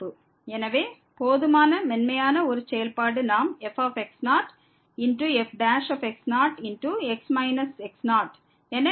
எனவே போதுமான மென்மையான ஒரு செயல்பாட்டை நாம் f f என எழுதலாம்